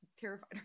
terrified